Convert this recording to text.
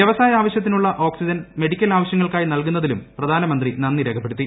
വ്യവസായ ആവശ്യത്തിനുള്ള oxygen medical ആവശ്യങ്ങൾക്കായി നൽകുന്നതിലും പ്രിധാനമന്ത്രി നന്ദി രേഖപ്പെടുത്തി